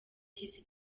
cy’isi